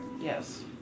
Yes